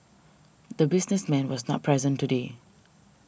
the businessman was not present today